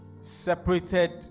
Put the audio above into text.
separated